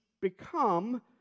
become